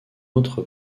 autre